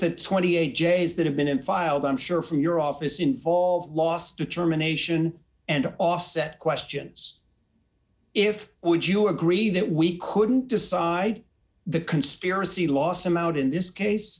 that twenty eight days that have been filed i'm sure from your office involved last determination and offset questions if would you agree that we couldn't decide the conspiracy loss amount in this case